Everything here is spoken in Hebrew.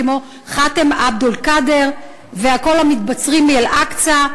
כמו חאתם עבד אל-קאדר וכל המתבצרים מאל-אקצא,